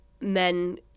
men